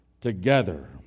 together